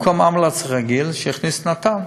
במקום אמבולנס רגיל שיכניס נט"ן.